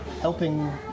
helping